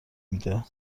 میده